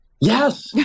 Yes